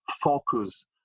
focus